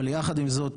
עם זאת,